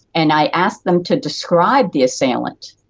and i ask them to describe the assailant,